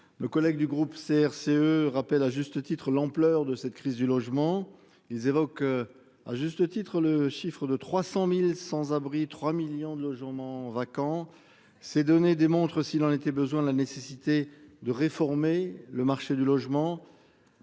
Nos collègues du groupe CRCE rappelle à juste titre l'ampleur de cette crise du logement. Ils évoquent. À juste titre le chiffre de 300.000 sans-abri, 3 millions de logements vacants. Ces données démontrent s'il en était besoin, la nécessité de réformer le marché du logement.